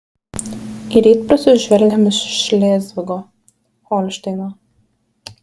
į rytprūsius žvelgiam iš šlėzvigo holšteino